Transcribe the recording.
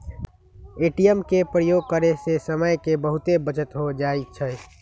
ATM के प्रयोग करे से समय के बहुते बचत हो जाइ छइ